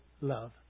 love